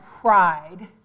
pride